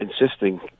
insisting